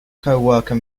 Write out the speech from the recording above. coworker